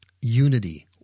Unity